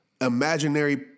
imaginary